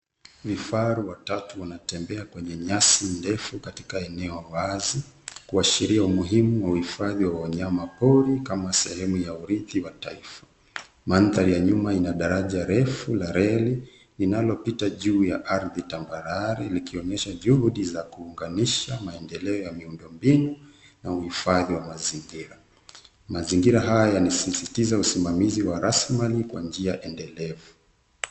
Vifaru watatu wanatembea kwenye nyasi ndefu katika eneo wazi kuashiria umuhimu wa uhifadhi wa wanyama pori kama sehemu ya urithi wa taifa mandhari ya nyuma ina daraja refu la reli linalopita juu ya ardhi tambarare likionyesha juhudi za kuunganisha maendeleo ya miundo mbinu na uhifadhi wa mazingira, mazingira haya yanasisitiza usimamizi wa rasilimali kwa njia endelevu.